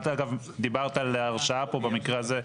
את אגב דיברת על הרשאה פה במקרה הזה,